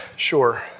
Sure